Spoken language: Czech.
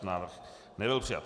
Návrh nebyl přijat.